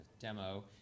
demo